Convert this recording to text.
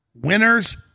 Winners